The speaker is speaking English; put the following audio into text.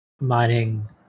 mining